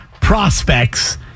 prospects